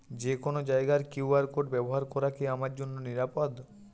যে কোনো জায়গার কিউ.আর কোড ব্যবহার করা কি আমার জন্য নিরাপদ?